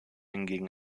hingegen